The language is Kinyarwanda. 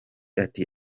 ati